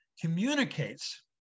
communicates